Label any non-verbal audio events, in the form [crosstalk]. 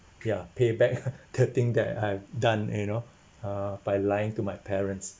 ya [laughs] payback the thing that I've done you know [breath] uh by lying to my parents